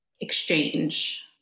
exchange